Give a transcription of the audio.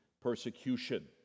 persecution